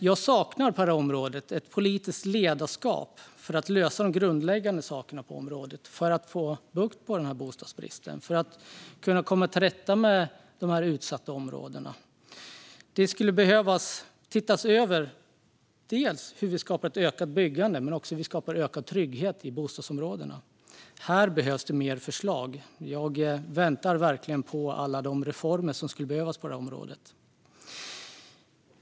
Jag saknar ett politiskt ledarskap på detta område för att lösa de grundläggande sakerna, få bukt med bostadsbristen och komma till rätta med de utsatta områdena. Det skulle behöva ses över dels hur vi skapar ett ökat byggande, dels hur vi skapar ökad trygghet i bostadsområdena. Här behövs fler förslag. Jag väntar verkligen på alla de reformer som skulle behövas på området.